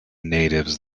natives